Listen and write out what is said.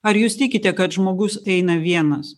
ar jūs tikite kad žmogus eina vienas